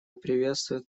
приветствует